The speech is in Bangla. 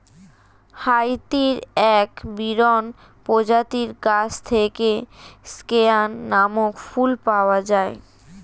হাইতির এক বিরল প্রজাতির গাছ থেকে স্কেয়ান নামক ফুল পাওয়া যায়